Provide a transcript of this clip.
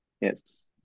yes